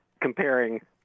comparing